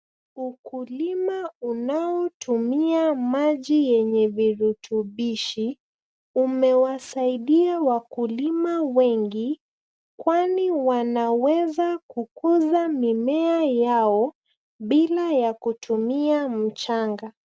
Ukulima unaotumia maji yenye virutubishi umewasaidia wakulima wengi kwani wanaweza kukuza mimea yao bila ya kutumia mchanga.